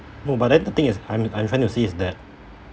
no but then the thing is I'm I'm trying to say is that